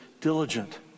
diligent